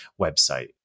website